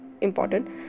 important